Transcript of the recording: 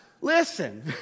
listen